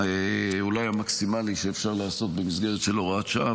אולי המקסימלי שאפשר לעשות במסגרת של הוראת שעה,